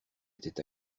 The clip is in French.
était